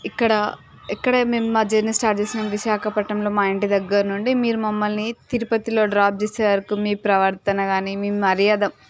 ఇక్కడ ఎక్కడ మేము మా జర్నీ స్టార్ట్ చేసిన విశాఖపట్నంలో మా ఇంటి దగ్గర నుండి మీరు మమ్మల్ని తిరుపతిలో డ్రాప్ చేసే వరకు మీ ప్రవర్తన కానీ మీ మర్యాద